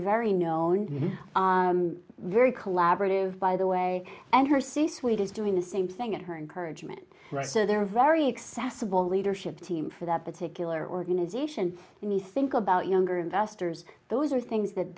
very known very collaborative by the way and her see suite is doing the same thing at her encouragement so they're very excessive all leadership team for that particular organization when you think about younger investors those are things that